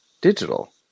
digital